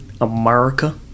America